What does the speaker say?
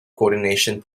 coordination